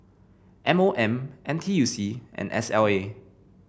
M O M N T U C and S L A